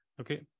okay